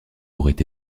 aurait